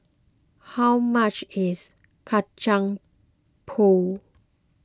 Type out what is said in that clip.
how much is Kacang Pool